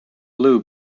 blu